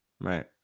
Right